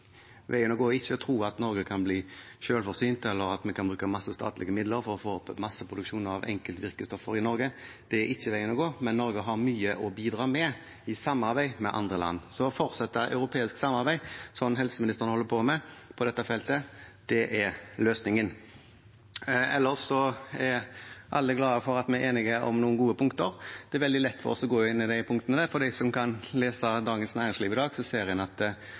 veien å gå. Veien å gå er ikke å tro at Norge kan bli selvforsynt, eller at vi kan bruke masse statlige midler for å få til masseproduksjon av enkeltvirkestoffer i Norge. Det er ikke veien å gå. Men Norge har mye å bidra med i samarbeid med andre land. Så fortsatt europeisk samarbeid på dette feltet, som helseministeren holder på med, er løsningen. Ellers er alle glade for at vi er enige om noen gode punkter. Det er veldig lett for oss å gå inn i disse punktene. De som kan lese Dagens Næringsliv i dag, ser at regjeringen allerede har satt i gang arbeidet med å få i gang vaksineproduksjon i Norge, en